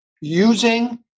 Using